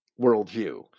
worldview